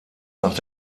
nach